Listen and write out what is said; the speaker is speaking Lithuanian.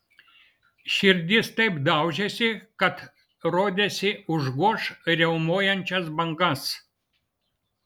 širdis taip daužėsi kad rodėsi užgoš riaumojančias bangas